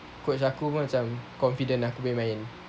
coach aku pun macam confident aku boleh main